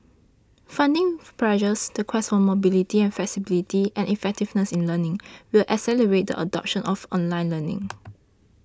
funding pressures the quest for mobility and flexibility and effectiveness in learning will accelerate the adoption of online learning